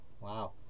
Wow